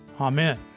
Amen